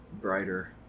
brighter